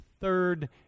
third